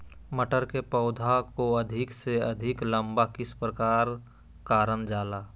मटर के पौधा को अधिक से अधिक लंबा किस प्रकार कारण जाला?